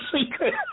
secret